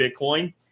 Bitcoin